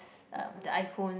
uh the iPhone